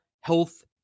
health